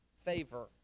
favor